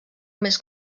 més